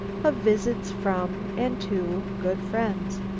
of visits from and to good friends,